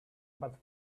but